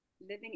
living